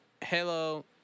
hello